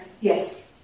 yes